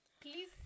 Please